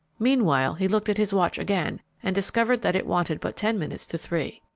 meanwhile, he looked at his watch again and discovered that it wanted but ten minutes to three.